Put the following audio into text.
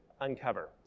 uncover